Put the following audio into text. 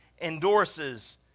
endorses